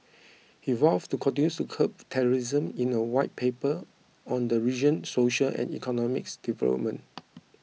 he vowed to continue to curb terrorism in a White Paper on the region's social and economic development